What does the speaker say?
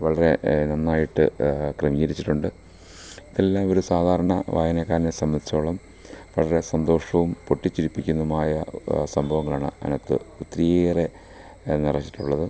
വളരെ നന്നായിട്ട് ക്രമീകരിച്ചിട്ടുണ്ട് ഇതെല്ലാം ഒരു സാധാരണ വായനക്കാരനെ സംബന്ധിച്ചിടത്തോളം വളരെ സന്തോഷവും പൊട്ടിച്ചിരിപ്പിക്കുന്നതുമായ സംഭവങ്ങളാണ് അതിനകത്ത് ഒത്തിരിയേറെ നിറച്ചിട്ടുള്ളത്